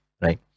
right